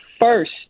first